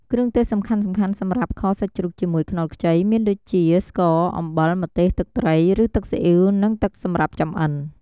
គ្រឿងទេសសំខាន់ៗសម្រាប់ខសាច់ជ្រូកជាមួយខ្នុរខ្ចីមានដូចជា ស្ករ អំបិល ម្ទេស ទឹកត្រី ឬទឹកស៊ីអ៉ីវ និង ទឹកសម្រាប់ចម្អិន។